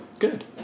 Good